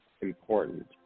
important